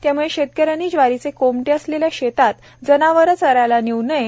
त्यामुळे शेतकऱ्यांनी ज्वारीचे कोमटे असलेल्या शेतात जनावरे चरायला नेव् नयेत